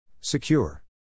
Secure